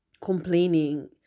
complaining